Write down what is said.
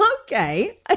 Okay